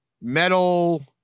metal